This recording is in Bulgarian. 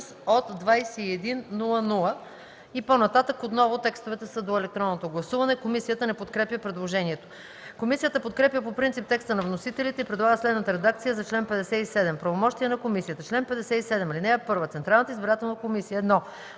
„от 21,00”;” По-нататък текстовете са за електронното гласуване. Комисията не подкрепя предложението. Комисията подкрепя по принцип текста на вносителите и предлага следната редакция за чл. 57: „Правомощия на комисията Чл. 57. (1) Централната избирателна комисия: 1.